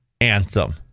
anthem